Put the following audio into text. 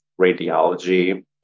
radiology